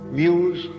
muse